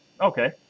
Okay